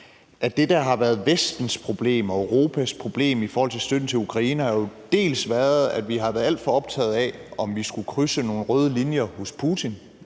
at det, der har været Vestens problem og Europas problem i forhold til støtten til Ukraine, dels har været, at vi har været alt for optaget af, om vi skulle krydse nogle røde linjer hos Putin,